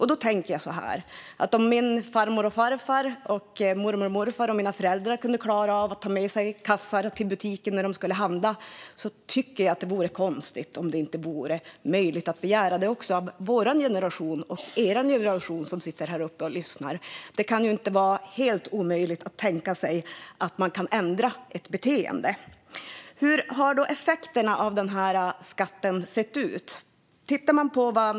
Jag tänker att om mina far och morföräldrar och mina föräldrar kunde klara av att ta med sig kassar till butiken när de skulle handla vore det väl konstigt om det inte skulle vara möjligt att begära det också av vår generation och av er generation, ni som sitter på läktaren lyssnar. Det kan inte vara helt omöjligt att ändra ett beteende. Hur har då effekterna av skatten sett ut?